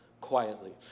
Quietly